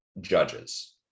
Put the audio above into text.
judges